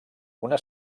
una